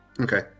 Okay